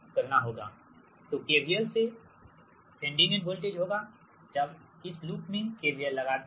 तो KVL से sending end voltage होगा जब आप इस लूप में KVL लगाते हैं